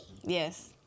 Yes